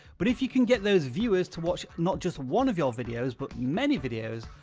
but if you can get those viewers to watch not just one of your videos but many videos,